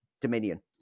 Dominion